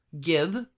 give